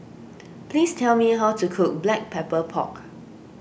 please tell me how to cook Black Pepper Pork